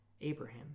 abraham